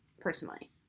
personally